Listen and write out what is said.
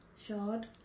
Shard